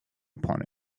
upon